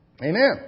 Amen